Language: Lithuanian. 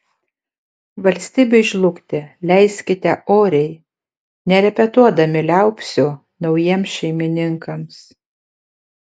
valstybei žlugti leiskite oriai nerepetuodami liaupsių naujiems šeimininkams